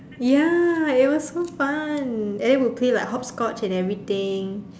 ya it was so fun and then we play like hop scotch and everything